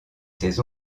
ses